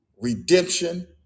redemption